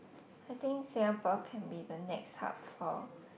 I think Singapore can be the next hub for